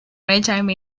regime